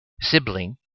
sibling